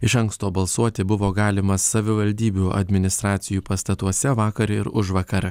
iš anksto balsuoti buvo galima savivaldybių administracijų pastatuose vakar ir užvakar